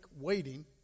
waiting